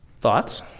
Thoughts